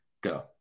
go